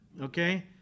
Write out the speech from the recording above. okay